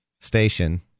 station